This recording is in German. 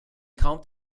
kommt